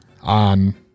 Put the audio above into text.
on